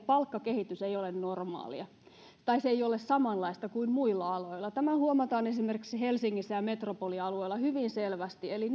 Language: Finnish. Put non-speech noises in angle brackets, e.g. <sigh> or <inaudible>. palkkakehitys ei ole normaalia tai se ei ole samanlaista kuin muilla aloilla tämä huomataan esimerkiksi helsingissä ja metropolialueilla hyvin selvästi eli <unintelligible>